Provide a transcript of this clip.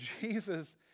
Jesus